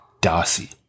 Darcy